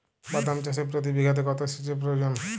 বাদাম চাষে প্রতি বিঘাতে কত সেচের প্রয়োজন?